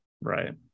Right